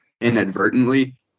inadvertently